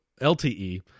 LTE